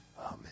Amen